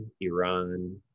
Iran